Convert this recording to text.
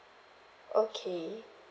okay